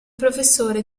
professore